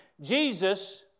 Jesus